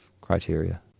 criteria